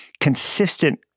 consistent